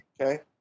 okay